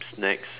snacks